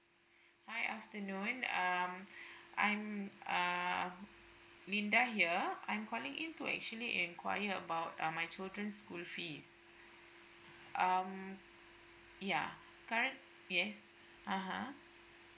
hi afternoon um I'm uh Minda here I'm calling in to actually inquire about um my children's school fees um yeah current yes (uh huh)